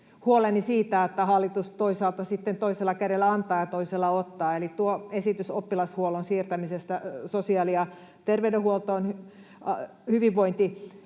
huoleni siitä, että hallitus toisaalta toisella kädellä antaa ja toisella ottaa. Eli tuo esitys oppilashuollon siirtämisestä sosiaali- ja terveydenhuoltoon hyvinvointialueelle